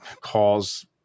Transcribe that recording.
calls